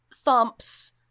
thumps